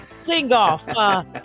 sing-off